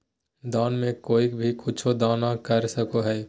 दान में कोई भी कुछु दान कर सको हइ